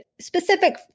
specific